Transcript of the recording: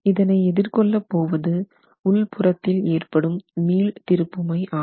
இதனை எதிர் கொள்ளப்போவது உள்புறத்தில் ஏற்படும் மீள் திருப்புமை ஆகும்